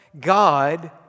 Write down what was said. God